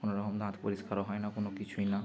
কোনো রকম দাঁত পরিষ্কারও হয় না কোনো কিছুই না